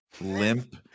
limp